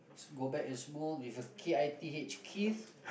go back and smooth with a K I T H kith